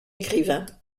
écrivain